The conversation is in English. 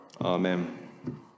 Amen